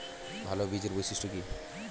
ভাল বীজের বৈশিষ্ট্য কী?